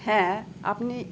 হ্যাঁ আপনি